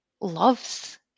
loves